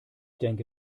denke